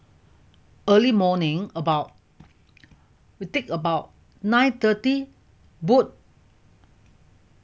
early morning about you take about nine thirty boat